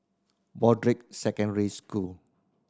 Broadrick Secondary School